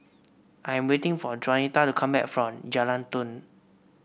I am waiting for Jaunita to come back from Jalan Turi